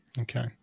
Okay